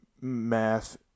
Math